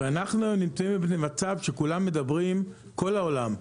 ואנחנו נמצאים בפני מצב שכולם מדברים כל העולם,